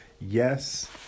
Yes